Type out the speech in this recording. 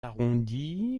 arrondi